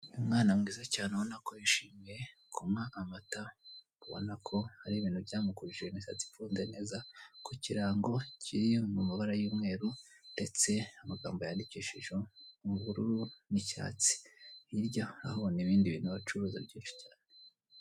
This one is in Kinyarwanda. Umwana mwiza cyane ubona ko yishimiye kunywa amata ubona ko ari ibintu byamukojije imisatsi ifunze neza ku kirango kiri mu mabara y'umweru ndetse amagambo yandikishije mu bururu n'icyatsi hirya urahabona ibindi bintu bicuruza byinshi cyane.